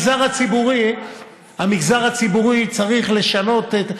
אז המגזר הציבורי צריך לשנות את,